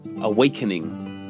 awakening